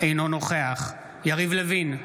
אינו נוכח יריב לוין,